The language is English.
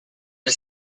are